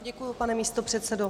Děkuji, pane místopředsedo.